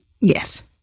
Yes